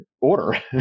order